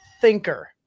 thinker